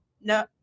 no